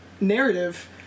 narrative